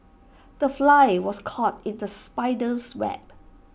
the fly was caught in the spider's web